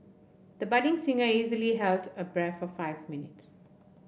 the budding singer easily held her breath for five minutes